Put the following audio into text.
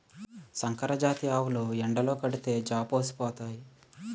సంకరజాతి ఆవులు ఎండలో కడితే జాపోసిపోతాయి